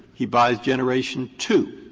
he buys generation two.